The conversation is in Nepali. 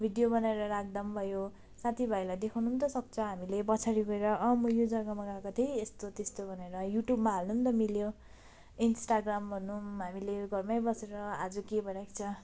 भिडियो बनाएर राख्दा भयो साथीभाइहरूलाई देखाउनु पनि त सक्छ हामीले पछाडि गएर म यो जगामा गएको थिएँ यस्तो त्यस्तो भनेर युट्युबमा हाल्नु त मिल्यो इन्सटाग्राम भनौँ हामीले घरमै बसेर आज के भइरहेको छ